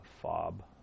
FOB